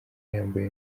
yambaye